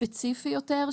ספציפי יותר,